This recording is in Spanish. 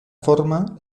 forma